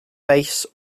bass